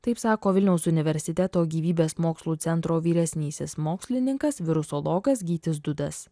taip sako vilniaus universiteto gyvybės mokslų centro vyresnysis mokslininkas virusologas gytis dudas